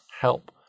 help